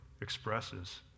expresses